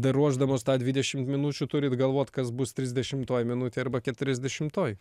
dar ruošdamos tą dvidešimt minučių turit galvot kas bus trisdešimtoj minutėj arba keturiasdešimtoj